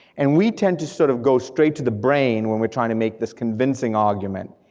and we tend to sort of go straight to the brain when we're trying to make this convincing argument,